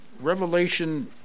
Revelation